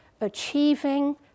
achieving